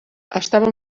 estava